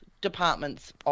departments